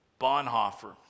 Bonhoeffer